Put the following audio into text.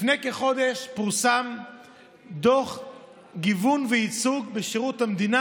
לפני כחודש פורסם דוח גיוון וייצוג בשירות המדינה